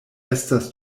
estas